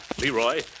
Leroy